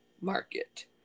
market